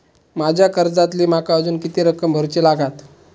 माझ्या कर्जातली माका अजून किती रक्कम भरुची लागात?